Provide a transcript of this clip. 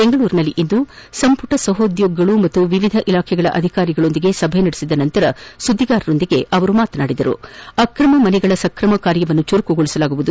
ಬೆಂಗಳೂರಿನಲ್ಲಿಂದು ಸಂಪುಟ ಸಹೋದ್ಯೋಗಿಗಳು ಹಾಗು ವಿವಿಧ ಇಲಾಖಾ ಅಧಿಕಾರಿಗಳೊಂದಿಗೆ ನಡೆಸಿದ ಸಭೆಯ ನಂತರ ಸುದ್ದಿಗಾರರೊಂದಿಗೆ ಮಾತನಾಡಿದ ಅವರು ಆಕ್ರಮ ಮನೆಗಳ ಸಕ್ರಮ ಕಾರ್ಯವನ್ನು ಚುರುಕುಗೊಳಿಸಲಾಗುವುದು